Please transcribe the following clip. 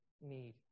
need